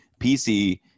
PC